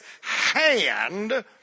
hand